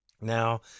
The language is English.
Now